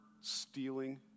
stealing